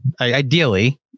ideally